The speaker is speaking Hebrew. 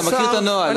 אתה מכיר את הנוהל.